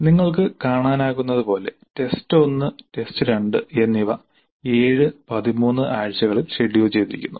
നിങ്ങൾക്ക് കാണാനാകുന്നത് പോലെ ടെസ്റ്റ് 1 ടെസ്റ്റ് 2 എന്നിവ 7 13 ആഴ്ചകളിൽ ഷെഡ്യൂൾ ചെയ്തിരിക്കുന്നു